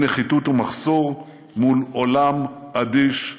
נחיתות ומחסור מול עולם אדיש ומתנכר.